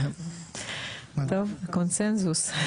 קונצנזוס.